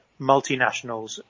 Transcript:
multinationals